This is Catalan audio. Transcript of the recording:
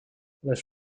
les